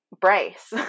brace